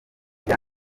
rya